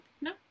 No